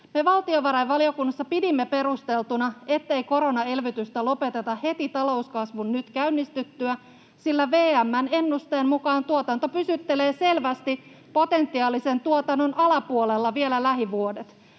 Me valtiovarainvaliokunnassa pidimme perusteltuna, ettei koronaelvytystä lopeteta heti talouskasvun nyt käynnistyttyä, sillä VM:n ennusteen mukaan tuotanto pysyttelee selvästi potentiaalisen tuotannon alapuolella vielä lähivuodet.